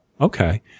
okay